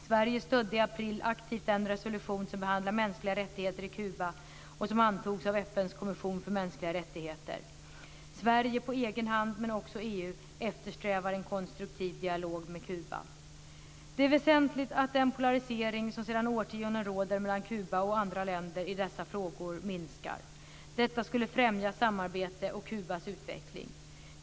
Sverige stödde i april aktivt den resolution som behandlar mänskliga rättigheter i Kuba och som antogs av FN:s kommission för mänskliga rättigheter. Sverige på egen hand, men också EU, eftersträvar en konstruktiv dialog med Kuba. Det är väsentligt att den polarisering som sedan årtionden råder mellan Kuba och andra länder i dessa frågor minskar. Detta skulle främja samarbete och Kubas utveckling.